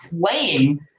playing –